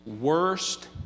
worst